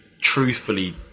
truthfully